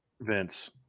vince